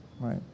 Right